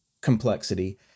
complexity